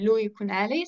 liui kūneliais